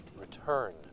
return